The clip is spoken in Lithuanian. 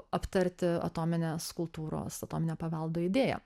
aptarti atominės kultūros atominio paveldo idėją